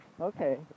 Okay